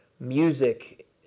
music